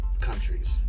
countries